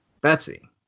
Betsy